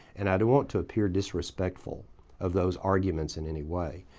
and i don't want to appear disrespectful of those arguments in any way.